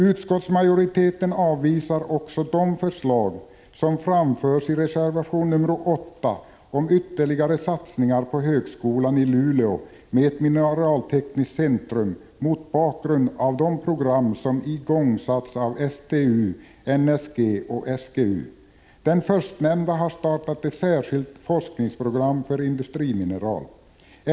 Utskottsmajoriteten avvisar också de förslag som framförs i reservation nr 8 om ytterligare satsningar på högskolan i Luleå med ett mineraltekniskt centrum, med hänvisning till de program som igångsatts av STU, NSG och SGU. Den förstnämnda myndigheten har startat ett särskilt forskningsprogram för industrimineral.